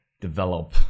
develop